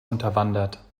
unterwandert